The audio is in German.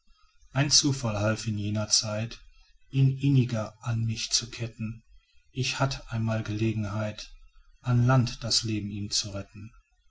ein zufall half in jener zeit ihn inniger an mich zu ketten ich hatt einmal gelegenheit an land das leben ihm zu retten